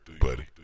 buddy